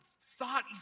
thought